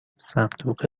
صندوق